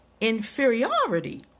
inferiority